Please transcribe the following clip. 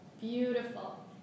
Beautiful